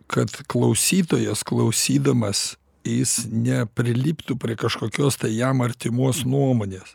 kad klausytojas klausydamas jis nepriliptų prie kažkokios tai jam artimos nuomonės